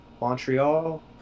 Montreal